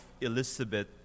Elizabeth